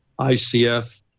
ICF